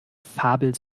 fabel